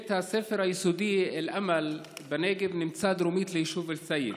בית הספר היסודי אל-אמל בנגב נמצא דרומית ליישוב א-סייד